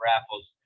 raffles